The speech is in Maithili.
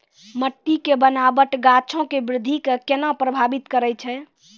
मट्टी के बनावट गाछो के वृद्धि के केना प्रभावित करै छै?